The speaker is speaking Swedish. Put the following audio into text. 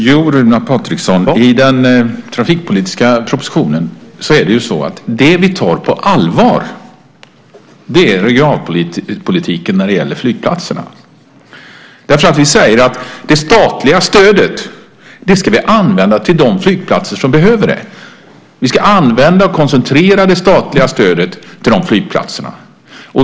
Fru talman! Runar Patriksson, det som vi tar på allvar i den trafikpolitiska propositionen är regionalpolitiken när det gäller flygplatserna. Vi säger att det statliga stödet ska användas till de flygplatser som behöver det. Vi ska använda och koncentrera det statliga stödet till dessa flygplatser.